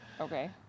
Okay